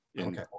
Okay